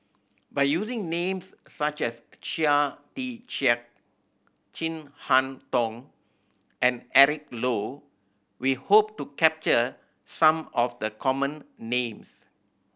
by using names such as Chia Tee Chiak Chin Harn Tong and Eric Low we hope to capture some of the common names